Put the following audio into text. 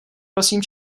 prosím